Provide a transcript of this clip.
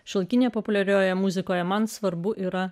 šiuolaikinėje populiariojoje muzikoje man svarbu yra